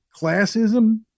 classism